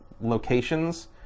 locations